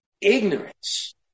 ignorance